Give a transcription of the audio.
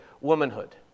womanhood